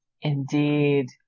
Indeed